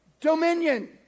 dominion